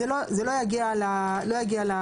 זה לא יגיע לניתוחים.